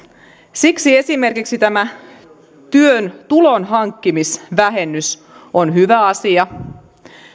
siksi esimerkiksi tämä työn tulonhankkimisvähennys on hyvä asia